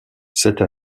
cette